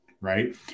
right